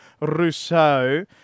Rousseau